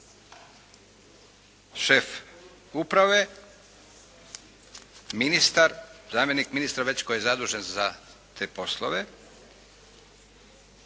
šef uprave, ministar, zamjenik ministra, već tko je zadužen za te poslove.